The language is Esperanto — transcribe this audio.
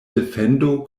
defendo